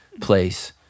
place